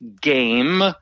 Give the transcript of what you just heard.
game